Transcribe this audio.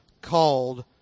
called